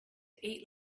eat